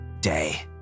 day